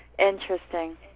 Interesting